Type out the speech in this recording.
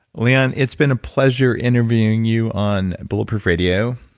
leon, it's been a pleasure interviewing you on bulletproof radio.